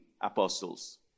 apostles